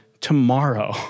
tomorrow